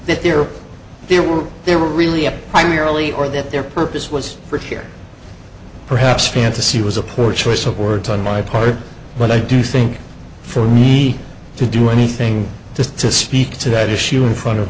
that they're there were there really a primarily or that their purpose was for here perhaps fantasy was a poor choice of words on my part but i do think for me to do anything just to speak to that issue in front of